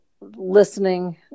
listening